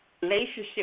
relationship